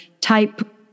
type